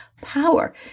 power